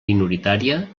minoritària